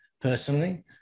Personally